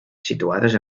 situades